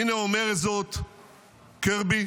הינה אומר זאת קירבי,